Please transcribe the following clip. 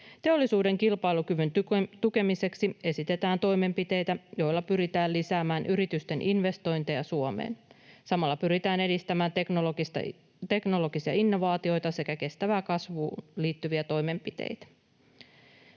Teollisuuden kilpailukyvyn tukemiseksi esitetään toimenpiteitä, joilla pyritään lisäämään yritysten investointeja Suomeen. Samalla pyritään edistämään teknologisia innovaatioita sekä kestävään kasvuun liittyviä toimenpiteitä.